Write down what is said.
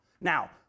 Now